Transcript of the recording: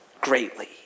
greatly